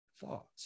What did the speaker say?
thoughts